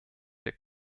der